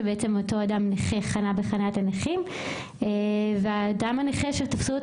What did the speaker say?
שאותו אדם נכה חנה בחניית הנכים והאדם הנכה שתפסו לו את